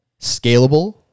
scalable